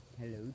Hello